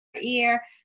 ear